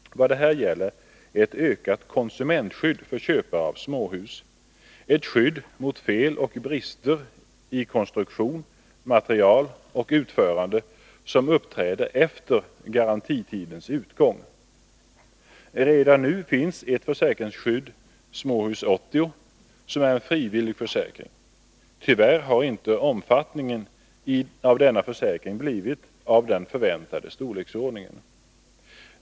Vad det gäller är ett ökat konsumentskydd för köpare av småhus, ett skydd mot fel och brister i konstruktion, material och utförande, som uppträder efter garantitidens utgång. Redan nu finns ett försäkringsskydd, Småhus 80, som är en frivillig försäkring. Tyvärr har inte omfattningen av denna försäkring blivit av den förväntade storleksordningen.